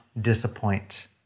disappoint